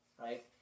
right